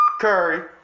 Curry